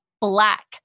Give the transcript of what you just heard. black